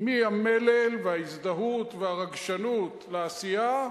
מהמלל וההזדהות והרגשנות לעשייה,